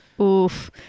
Oof